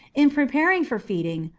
in preparing for feeding,